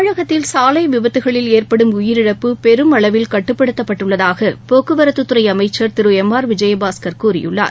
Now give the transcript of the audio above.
தமிழகத்தில் சாலை விபத்துகளில் ஏற்படும் உயிரிழப்பு பெரும் அளவில் கட்டுப்படுத்தப்பட்டுள்ளதாக போக்குவரத்து துறை அமைச்சர் திரு எம் ஆர் விஜயபாஸ்கர் கூறியுள்ளார்